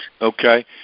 Okay